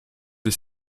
les